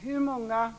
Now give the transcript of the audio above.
Fru talman! Hur många